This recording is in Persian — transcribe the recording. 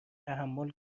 تحمل